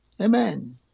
Amen